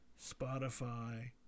Spotify